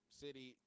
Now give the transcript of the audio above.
city